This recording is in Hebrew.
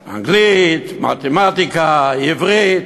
אנגלית, מתמטיקה, עברית,